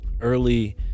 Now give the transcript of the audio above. early